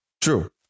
True